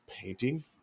painting